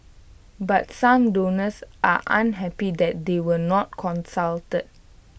but some donors are unhappy that they were not consulted